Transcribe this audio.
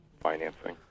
financing